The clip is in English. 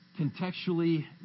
Contextually